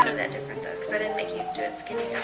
and that different though cause i didn't make you do it skinny.